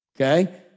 Okay